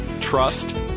trust